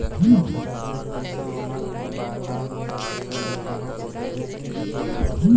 तहरा पैसा वाला कोनो काम में कागज देवेके के पड़ी